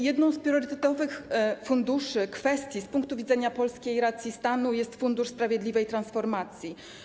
Jedną z priorytetowych kwestii z punktu widzenia polskiej racji stanu jest Fundusz Sprawiedliwej Transformacji.